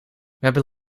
hebben